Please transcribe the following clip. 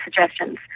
suggestions